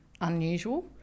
unusual